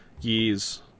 years